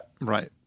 right